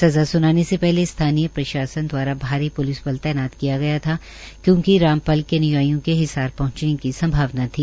सज़ा सुनाने से पहले स्थानीय प्रशासन द्वारा भारी प्लिस बल तैनात किया गया था क्योंकि रामपाल के अनुयायीयों के हिंसा पहंचने की संभावना थी